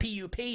PUP